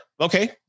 okay